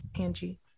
Angie